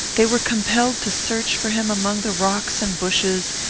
they were compelled to search for him among the rocks and bushes,